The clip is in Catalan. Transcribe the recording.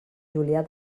julià